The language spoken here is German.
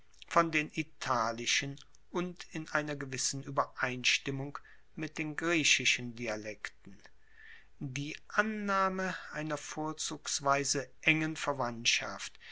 von den italischen und in einer gewissen uebereinstimmung mit den griechischen dialekten die annahme einer vorzugsweise engen verwandtschaft